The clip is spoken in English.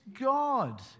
God